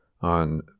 on